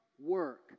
work